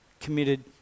committed